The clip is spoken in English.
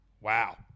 Wow